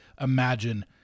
imagine